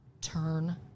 turn